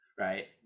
right